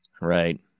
Right